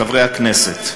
חברי הכנסת,